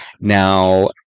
Now